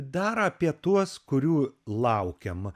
dar apie tuos kurių laukiam